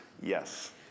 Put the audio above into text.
Yes